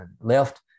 left